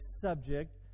subject